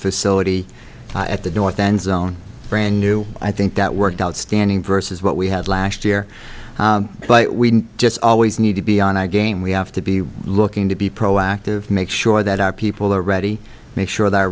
facility at the north end zone brand new i think that worked outstanding versus what we had last year but we just always need to be on our game we have to be looking to be proactive make sure that our people are ready make sure th